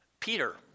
Peter